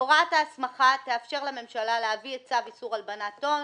הוראת ההסמכה תאפשר לממשלה להביא את צו איסור להלבנת הון,